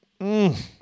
Mmm